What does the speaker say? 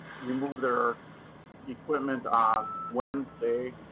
we moved their equipment on wednesday.